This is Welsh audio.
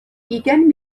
ugain